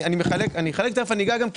זה